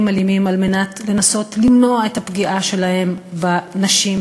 אלימים על מנת לנסות למנוע את הפגיעה שלהם בנשים,